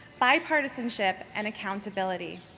bipartisanship, and accountability.